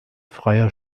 freier